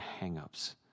hangups